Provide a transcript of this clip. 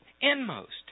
Inmost